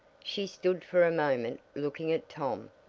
she stood for a moment looking at tom,